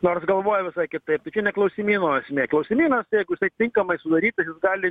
nors galvoja visai kitaip tai čia ne klausimyno esmė klaimynas tai jeigu jisai tinkamai sudarytas jis gali